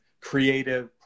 creative